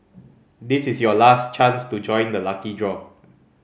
this is your last chance to join the lucky draw